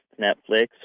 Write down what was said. Netflix